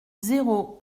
zéro